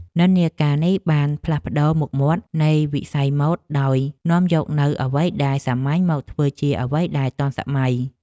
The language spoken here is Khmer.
និន្នាការនេះបានផ្លាស់ប្តូរមុខមាត់នៃវិស័យម៉ូដដោយនាំយកនូវអ្វីដែលសាមញ្ញមកធ្វើជាអ្វីដែលទាន់សម័យ។